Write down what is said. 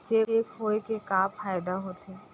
Cheque होए के का फाइदा होथे?